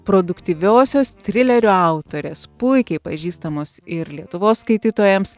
produktyviosios trilerio autorės puikiai pažįstamos ir lietuvos skaitytojams